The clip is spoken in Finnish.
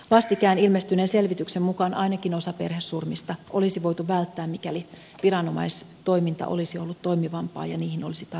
vastikään ilmestyneen selvityksen mukaan ainakin osa perhesurmista olisi voitu välttää mikäli viranomaistoiminta olisi ollut toimivampaa ja niihin olisi tartuttu ajoissa